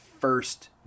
first